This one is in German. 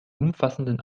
umfassenden